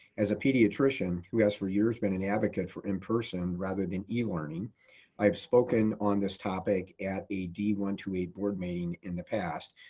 as a pediatrician who has for years been an advocate for in-person, rather than e-learning, i've spoken on this topic at a d one two eight board meeting in the past.